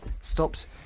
stopped